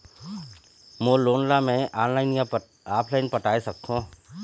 मोर loan ला मैं online या ऑफलाइन पटाए सकथों?